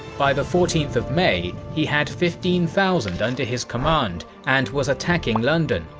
by the fourteenth of may, he had fifteen thousand under his command and was attacking london,